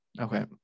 Okay